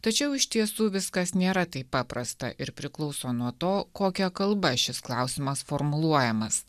tačiau iš tiesų viskas nėra taip paprasta ir priklauso nuo to kokia kalba šis klausimas formuluojamas